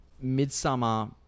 *Midsummer*